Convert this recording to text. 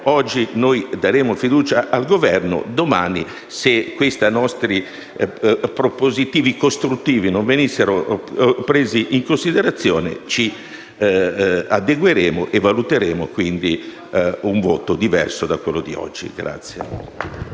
Oggi noi daremo fiducia al Governo. Domani, se le nostre proposte costruttive non venissero prese in considerazione, ci adegueremo e valuteremo un voto diverso da quello odierno.